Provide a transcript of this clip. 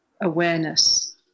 awareness